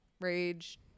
rage